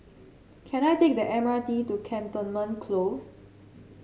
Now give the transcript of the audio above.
can I take the M R T to Cantonment Close